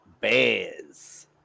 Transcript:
Bears